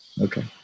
Okay